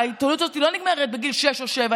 ההתעללות הזאת לא נגמרת בגיל שש או שבע,